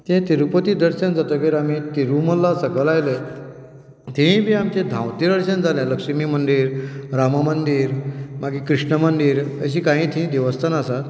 तें तिरुपती दर्शन जातकच आमी तिरुमल्ला सकयल आयले थंय बी आमचें धांवतें दर्शन जालें लक्ष्मी मंदीर रामा मंदीर मागीर कृष्ण मंदीर अशीं कांय थंय देवस्थानां आसात